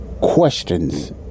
questions